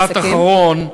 משפט אחרון.